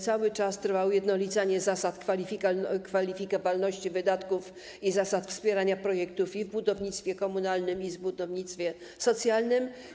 Cały czas trwa ujednolicanie zasad kwalifikowalności wydatków i zasad wspierania projektów w budownictwie komunalnym i w budownictwie socjalnym.